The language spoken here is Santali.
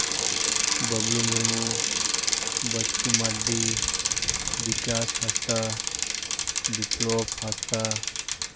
ᱵᱟᱵᱞᱩ ᱢᱩᱨᱢᱩ ᱵᱟᱪᱪᱩ ᱢᱟᱨᱰᱤ ᱵᱤᱠᱟᱥ ᱦᱟᱸᱥᱫᱟ ᱵᱤᱯᱞᱚᱵᱽ ᱦᱟᱸᱥᱫᱟ